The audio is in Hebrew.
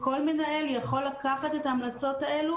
כל מנהל יכול לקחת את ההמלצות האלה